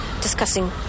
discussing